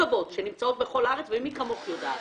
שנמצאות בכל הארץ ומי כמוך יודעת,